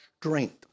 strength